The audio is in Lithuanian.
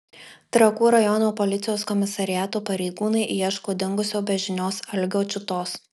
trakų rajono policijos komisariato pareigūnai ieško dingusio be žinios algio čiutos